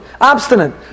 abstinent